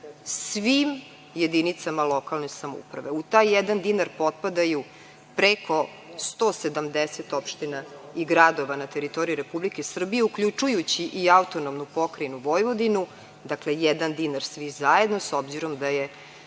svim jedinicama lokalne samouprave. U taj jedan dinar potpadaju preko 170 opština i gradova na teritoriji Republike Srbije, uključujući i AP Vojvodinu. Dakle, jedan dinar svi zajedno, s obzirom da je